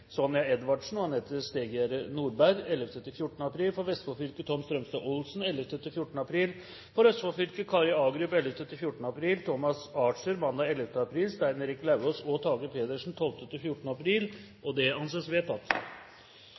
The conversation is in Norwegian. Sonja Edvardsen og Anette Stegegjerdet Norberg i tiden 11.–14. april For Vestfold fylke: Tom Strømstad Olsen i tiden 11.–14. april For Østfold fylke: Kari Agerup i tiden 11.–14. april, Tomas Archer mandag 11. april og Stein Erik Lauvås og Tage Pettersen 12.–14. april – Det anses vedtatt.